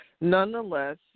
Nonetheless